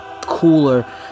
cooler